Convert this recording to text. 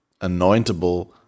anointable